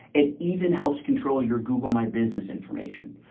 it even helps control your google my business information.